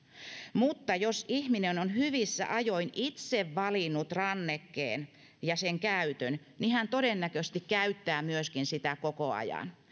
mutta jos ihminen on hyvissä ajoin itse valinnut rannekkeen ja sen käytön hän todennäköisesti myöskin käyttää sitä koko ajan